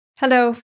Hello